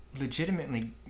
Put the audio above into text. legitimately